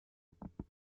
britanniques